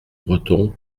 breton